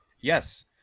Yes